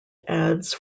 ads